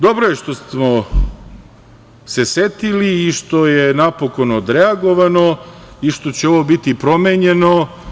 Dobro je što smo se setili i što je napokon odreagovano i što će ovo biti promenjeno.